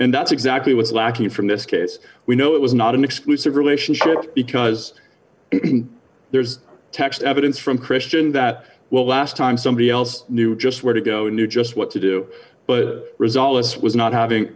and that's exactly what's lacking from this case we know it was not an exclusive relationship because there's text evidence from christian that well last time somebody else knew just where to go and knew just what to do but a result of us was not having